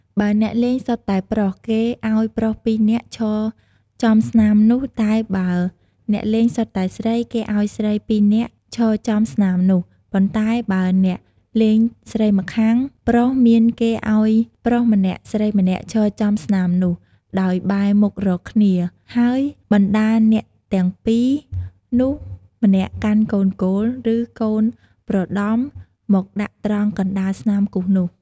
បើអ្នករលេងសុទ្ធតែប្រុស គេឲ្យប្រុស ២ នាក់ ឈរចំស្នាមនោះ តែបើអ្នកលេងសុទ្ធតែស្រី គេឲ្យស្រី ២ នាក់ឈរចំស្លាមនោះ ប៉ន្តែបើអ្នកលេងស្រីម្ខាងប្រុសមាន គេឲ្យប្រុសម្នាក់ស្រីម្នាក់ឈរចំស្នាមនោះ ដោយបែរមុខរកគ្នា ហើយបណ្តាអ្នកទាំង ២ នោះ ម្នាក់កាន់កូនគោល ឬកូនប្រដំមកដាក់ត្រង់កណ្តាលស្នាមគូសនោះ។